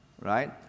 Right